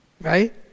Right